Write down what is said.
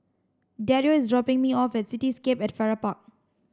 Dario is dropping me off at Cityscape at Farrer Park